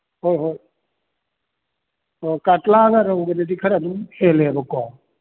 ꯍꯣꯏ ꯍꯣꯏ ꯑꯣ ꯀꯥꯇꯥꯂꯒ ꯔꯧꯒꯗꯗꯤ ꯈꯔ ꯑꯗꯨꯝ ꯍꯦꯜꯂꯦꯕꯀꯣ